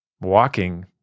walking